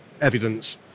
evidence